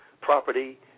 property